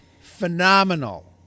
phenomenal